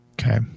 Okay